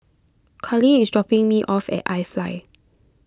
Kallie is dropping me off at iFly